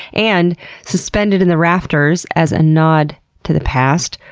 and suspended in the rafters as a nod to the past,